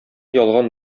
ялган